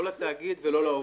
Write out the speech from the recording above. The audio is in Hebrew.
לא לתאגיד ולא לעובדים.